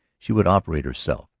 she would operate herself,